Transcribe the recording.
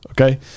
okay